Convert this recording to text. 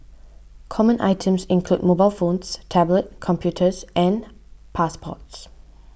common items include mobile phones tablet computers and passports